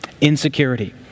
Insecurity